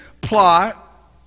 plot